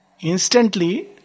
instantly